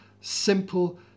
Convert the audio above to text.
simple